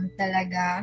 talaga